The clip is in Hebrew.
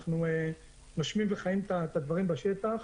ואנחנו נושמים וחיים את הדברים בשטח.